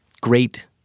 Great